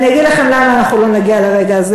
גם ההתנתקות לא עזרה לכם, לא נגיע לרגע הזה.